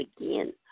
again